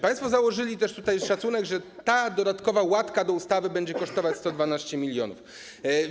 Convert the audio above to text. Państwo założyli też szacunek, że ta dodatkowa łatka do ustawy będzie kosztować 112 mln zł.